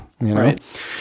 Right